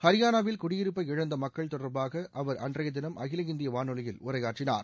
ஹரியானாவில் குடியிருப்பை இழந்த மக்கள் தொடர்பாக அவர் அன்றைய தினம் அகில இந்திய வானொலியில் உரையாற்றினார்